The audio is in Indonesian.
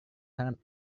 sangat